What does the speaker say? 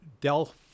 Del